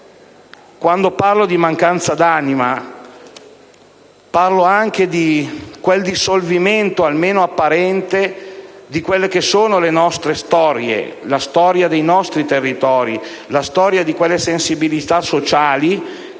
Quando parlo di mancanza d'anima, mi riferisco anche a quel dissolvimento, almeno apparente, delle nostre storie, della storia dei nostri territori, della storia di quelle sensibilità sociali